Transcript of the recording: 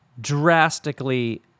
drastically